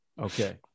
Okay